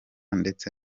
ndetse